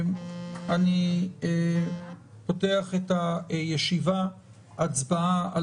אנחנו פותחים את ישיבת הנמקת ההסתייגויות וההצבעות על